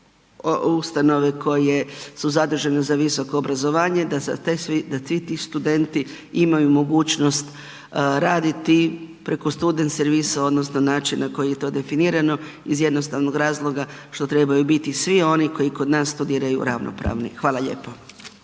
ustanove koje su zadužene za visoko obrazovanje da za, svi ti studenti imaju mogućnost raditi preko student servisa, odnosno načina na koji je to definirano iz jednostavnog razloga što trebaju biti svi oni koji kod nas studiraju, ravnopravni. Hvala lijepo.